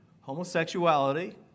Homosexuality